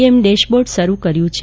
એમ dashboard શરૂ કર્યુ છે